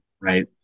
right